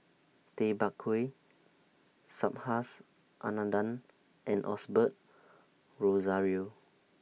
Tay Bak Koi Subhas Anandan and Osbert Rozario